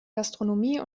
gastronomie